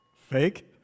Fake